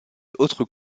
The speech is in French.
autres